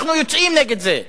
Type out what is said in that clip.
אנחנו יוצאים נגד זה.